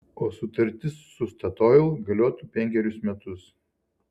o sutartis su statoil galiotų penkerius metus